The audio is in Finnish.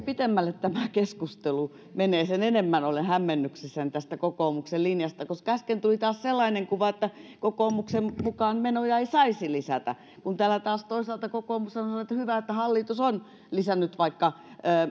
pitemmälle tämä keskustelu menee sen enemmän olen hämmennyksissäni tästä kokoomuksen linjasta koska äsken tuli taas sellainen kuva että kokoomuksen mukaan menoja ei saisi lisätä kun täällä taas toisaalta kokoomus on sanonut että on hyvä että hallitus on lisännyt vaikka